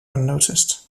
unnoticed